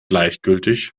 gleichgültig